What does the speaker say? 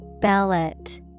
Ballot